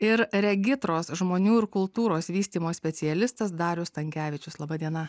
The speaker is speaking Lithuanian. ir regitros žmonių ir kultūros vystymo specialistas darius stankevičius laba diena